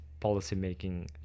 policymaking